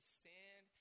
stand